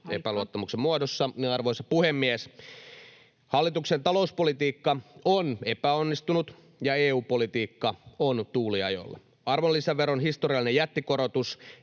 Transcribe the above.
epäluottamuksen muodossa, [Puhemies: Aika!] niin, arvoisa puhemies: Hallituksen talouspolitiikka on epäonnistunut ja EU-politiikka on tuuliajolla. Arvonlisäveron historiallinen jättikorotus